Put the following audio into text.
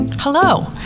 Hello